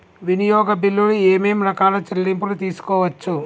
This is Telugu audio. వినియోగ బిల్లులు ఏమేం రకాల చెల్లింపులు తీసుకోవచ్చు?